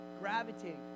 gravitating